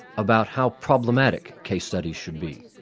about how problematic case studies should be,